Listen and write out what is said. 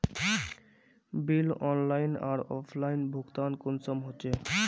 Bill online आर offline भुगतान कुंसम होचे?